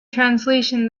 translation